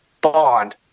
Bond